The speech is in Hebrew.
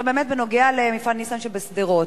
בנוגע למפעל "ניסן" שבשדרות,